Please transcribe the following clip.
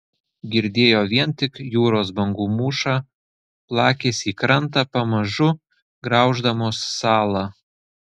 girdėjo vien tik jūros bangų mūšą plakėsi į krantą pamažu grauždamos salą